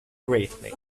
greatly